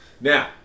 Now